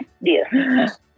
Yes